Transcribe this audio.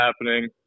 happening –